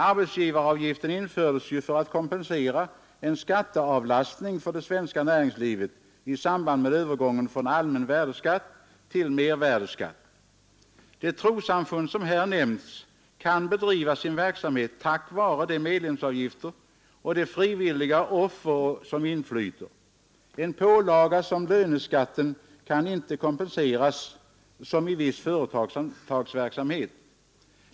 Arbetsgivaravgiften infördes ju för att kompensera en skatteavlastning för det svenska näringslivet i samband med övergången från allmän värdeskatt till mervärdeskatt. De trossamfund som här nämnts kan bedriva sin verksamhet tack vare de medlemsavgifter och de frivilliga offer som infiyter. En pålaga som löneskatten kan inte kompenseras som i viss företagsverksamhet.